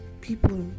people